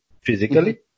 physically